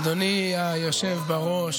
אדוני השר,